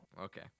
Okay